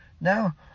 now